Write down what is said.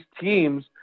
teams